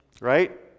right